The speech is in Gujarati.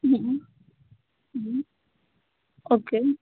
હંમ હંમ ઓકે